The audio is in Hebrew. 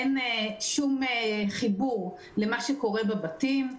אין שום חיבור למה שקורה בבתים,